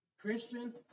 Christian